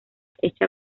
hecha